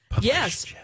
yes